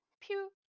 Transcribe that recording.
Pew